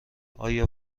آیا